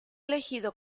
elegido